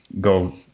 go